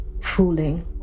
fooling